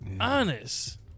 honest